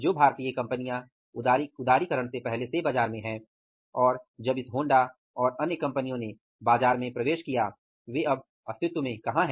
जो भारतीय कंपनियां उदारीकरण से पहले से बाजार में हैं जब इस होंडा और अन्य कंपनियों ने बाजार में प्रवेश किया वे अब अस्तित्व में कहाँ हैं